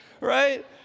right